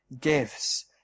gives